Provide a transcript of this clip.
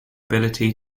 ability